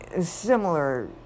similar